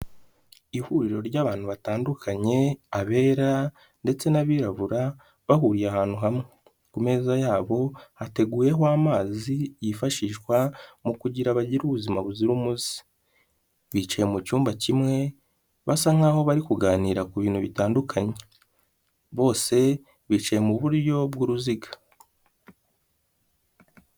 Ihuriro ry'abantu batandukanye, abera ndetse n'abirabura bahuriye ahantu hamwe. Ku meza yabo hateguweho amazi yifashishwa mu kugira bagire ubuzima buzira umuze. Bicaye mu cyumba kimwe basa nkaho bari kuganira ku bintu bitandukanye, bose bicaye mu buryo bw'uruziga.